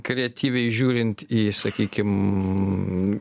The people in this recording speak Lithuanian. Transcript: kreatyviai žiūrint į sakykim